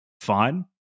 fine